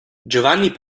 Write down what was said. giovanni